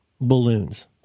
Balloons